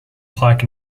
pike